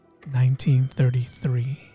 1933